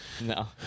No